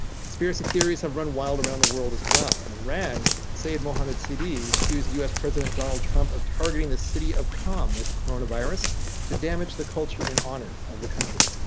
conspiracy theories have run wild around the world as well and iran saved muhammad cd you accused us president donald trump of targeting the city of calm with coronavirus to damage the culture in honor of the country.